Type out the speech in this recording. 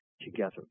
together